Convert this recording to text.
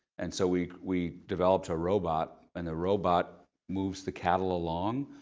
and so we we developed a robot, and the robot moves the cattle along.